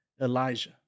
Elijah